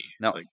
No